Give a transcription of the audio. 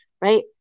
right